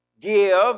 Give